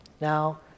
Now